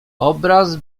obraz